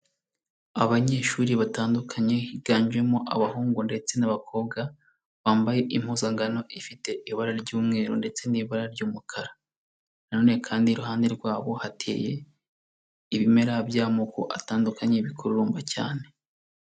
Abanyeshuri batandukanye, higanjemo abahungu ndetse n'abakobwa, bambaye impuzankano ifite ibara ry'umweru ndetse n'ibara ry'umukara, nanone kandi iruhande rwabo hateye ibimera by'amoko atandukanye bikurumba cyane.